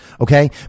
Okay